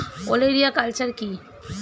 ওলেরিয়া কালচার কি?